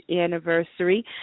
anniversary